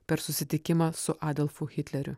per susitikimą su adolfu hitleriu